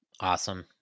Awesome